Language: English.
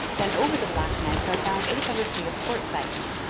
then over the black gneiss are found eight hundred feet of quartzites,